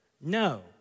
No